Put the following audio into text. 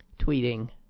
tweeting